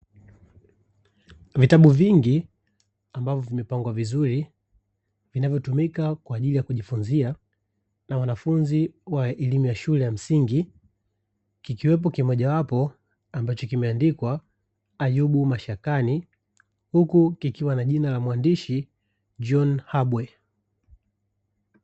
Vitabu vingi ambavyo vimepangwa vizuri, vinavyotumika kwa ajili ya kujifunzia na wanafunzi wa elimu ya shule ya msingi. Kikiwepo kimojawapo ambacho kimeandikwa Ayubu mashakani, huku kikiwa na jina la mwandishi John abwe.